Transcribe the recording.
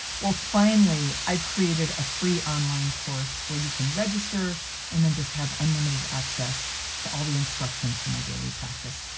well finally i've created a free online course where you can register and then just have unlimited access to all the instructions from my daily practice.